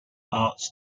arts